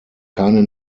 keine